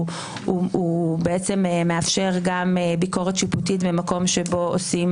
הוא בעצם מאפשר גם ביקורת שיפוטית במקום שבו עושים